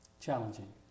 Challenging